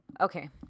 Okay